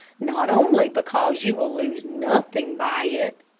not only because you will lose nothing by it,